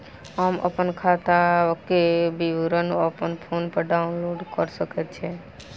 हम अप्पन खाताक विवरण अप्पन फोन पर डाउनलोड कऽ सकैत छी?